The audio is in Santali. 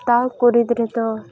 ᱛᱟᱣ ᱠᱩᱲᱤ ᱜᱤᱫᱽᱨᱟᱹ ᱫᱚ